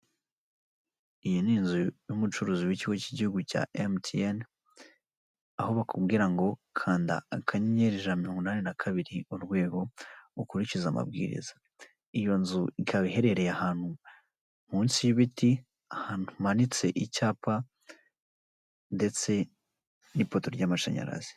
Umuhanda mwiza wa kaburimbo urimo kugenderamo ibinyabiziga ndetse n'abanyamaguru, uyu muhanda ni mwiza ukikijwe n'ibiti by'amatara biwucanira ni mugoroba hatabona ndetse ukagira aho abanyamaguru bambukira, umuhanda ukikijwe n'ibiti byiza ndetse n'indabo z'ubwoko butandukanye, ndetse hirya hakaba hari ahapavomye, aho ariho abanyamaguru bagendera.